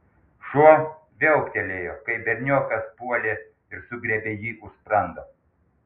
šuo viauktelėjo kai berniokas puolė ir sugriebė jį už sprando